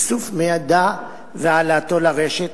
לאיסוף מידע והעלאתו לרשת,